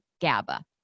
GABA